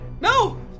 No